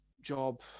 job